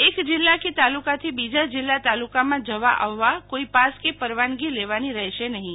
એક જિલ્લા કે તાલુકાથી બીજા જિલ્લા તાલુકામાં જવા આવવા કોઈ પાસ કે પરવાનગી લેવાની રહેશે નહીં